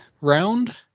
round